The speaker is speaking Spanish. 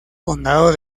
condado